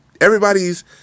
Everybody's